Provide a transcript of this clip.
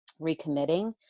recommitting